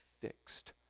fixed